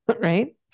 right